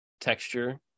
texture